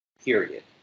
Period